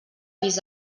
vist